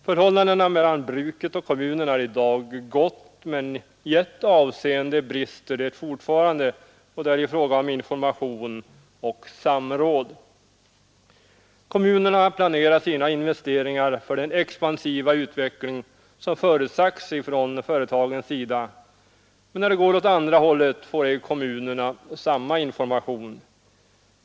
Förhållandet mellan bruket och kommunen är i dag gott, men i ett avseende brister det fortfarande, och det är i fråga om information och samråd. Kommunerna planerar sina investeringar för den expansiva utveckling som förutsagts från företagens sida, men när det går åt andra hållet får ej kommunerna samma information.